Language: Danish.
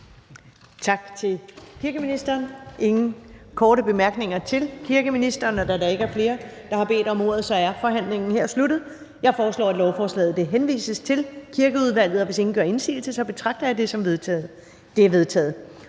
Tak til kirkeministeren. Der er ingen korte bemærkninger til kirkeministeren. Da der ikke er flere, der har bedt om ordet, er forhandlingen sluttet. Jeg foreslår, at lovforslaget henvises til Kirkeudvalget. Hvis ingen gør indsigelse, betragter jeg det som vedtaget.